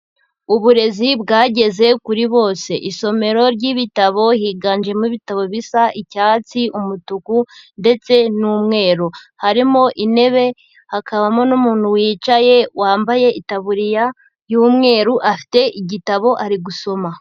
Uburezi bwageze kuri bose, isomero ry'ibitabo higanjemo ibitabo bisa icyatsi, umutuku ndetse n'umweru, harimo intebe hakabamo n'umuntu wicaye wambaye itaburiya y'umweru afite igitabo ari gusoma.